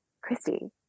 Christy